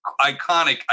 iconic